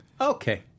Okay